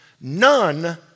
None